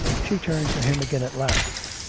she turned to him again at last.